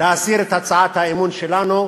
להסיר את הצעת האי-אמון שלנו,